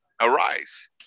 arise